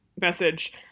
message